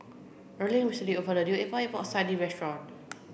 Erling recently opened a new Epok Epok Sardin restaurant